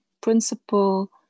principle